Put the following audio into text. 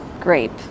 grape